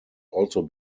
also